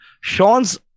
Sean's